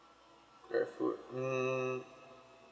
grab food hmm